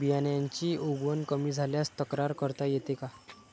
बियाण्यांची उगवण कमी झाल्यास तक्रार करता येते का?